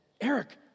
Eric